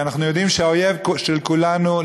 אנחנו יודעים שהאויב של כולנו,